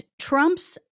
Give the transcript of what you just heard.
Trump's